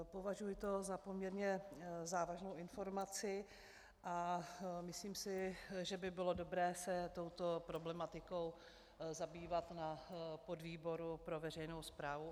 Považuji to za poměrně závažnou informaci a myslím si, že by bylo dobré se touto problematikou zabývat na podvýboru pro veřejnou správu.